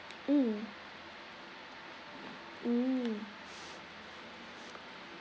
mm mm